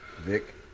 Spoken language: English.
Vic